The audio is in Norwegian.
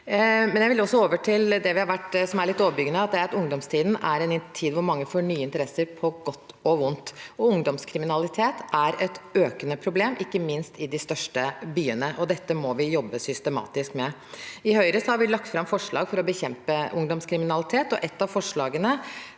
ungdomstiden er en tid hvor mange får nye interesser på godt og vondt. Ungdomskriminalitet er et økende problem, ikke minst i de største byene, og dette må vi jobbe systematisk med. I Høyre har vi lagt fram forslag for å bekjempe ungdomskriminalitet,